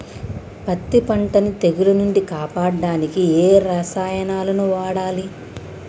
పత్తి పంటని తెగుల నుంచి కాపాడడానికి ఏ రసాయనాలను వాడాలి?